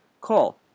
Call